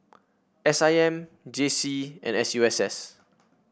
S I M J C and S U S S